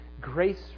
grace